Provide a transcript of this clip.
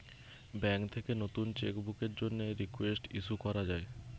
bank থেকে নতুন cheque বুকের জন্যে রিকোয়েস্ট ইস্যু করা যায়